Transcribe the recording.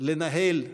גם לנהל דיון,